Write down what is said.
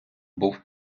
був